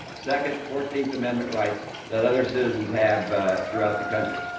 second, fourteenth amendment rights that other citizens have throughout the country.